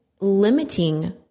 limiting